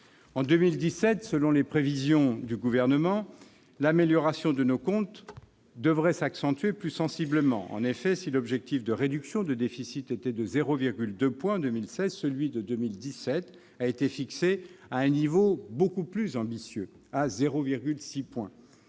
En 2017, selon les prévisions du Gouvernement, l'amélioration de nos comptes devrait s'accentuer plus sensiblement. En effet, si l'objectif de réduction de déficit était de 0,2 point en 2016, celui de 2017 a été fixé à un niveau beaucoup plus ambitieux : 0,6 point.